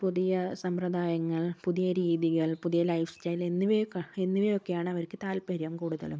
പുതിയ സമ്പ്രദായങ്ങൾ പുതിയ രീതികൾ പുതിയ ലൈഫ് സ്റ്റൈൽ എന്നിവയൊക്കെ എന്നിവയൊക്കെ എന്നിവയൊക്കെയാണ് അവർക്ക് താല്പര്യം കൂടുതലും